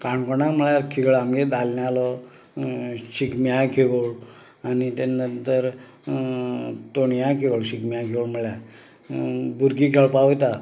काणकोणा म्हळ्यार खेळ आमचो दादल्यांचो शिगम्या खेळ आनी ताचे नंतर तोणयां खेळ शिगम्या खेळ म्हळ्यार भुरगीं खेळपा वता